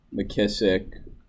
McKissick